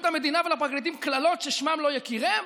המדינה ולפרקליטים קללות שמקומן לא יכירן?